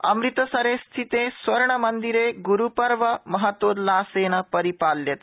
अमृतसरे स्थिते स्वर्णमन्दिरे गुरूपर्व महतोल्लासेन परिपाल्यते